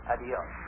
Adios